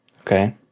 Okay